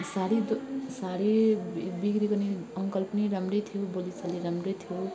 साडी दो साडी बिक्री गर्ने अङ्कल पनि राम्रो थियो बोली चाली राम्रो थियो